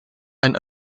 ein